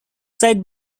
side